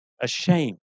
ashamed